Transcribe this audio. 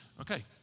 Okay